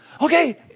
Okay